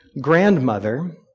grandmother